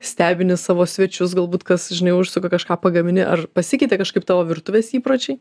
stebini savo svečius galbūt kas žinai užsuka kažką pagamini ar pasikeitė kažkaip tavo virtuvės įpročiai